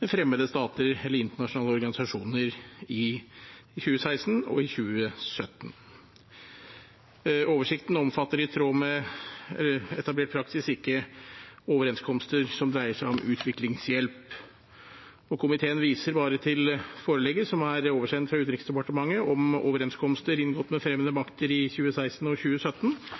med fremmede stater eller internasjonale organisasjoner i 2016 og 2017. Oversikten omfatter, i tråd med etablert praksis, ikke overenskomster som dreier seg om utviklingshjelp. Komiteen viser til forelegget som er oversendt fra Utenriksdepartementet om overenskomster inngått med fremmede makter i 2016 og 2017,